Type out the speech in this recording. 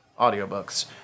audiobooks